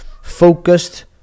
Focused